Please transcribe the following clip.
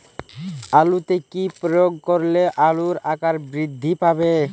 আলুতে কি প্রয়োগ করলে আলুর আকার বৃদ্ধি পাবে?